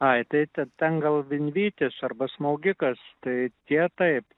ai tai ta ten gal vinvytis arba smaugikas tai tie taip